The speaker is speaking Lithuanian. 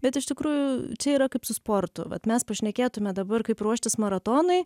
bet iš tikrųjų čia yra kaip su sportu vat mes pašnekėtume dabar kaip ruoštis maratonui